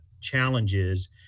challenges